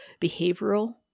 behavioral